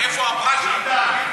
את איפה אברשה אתה מכיר?